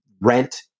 rent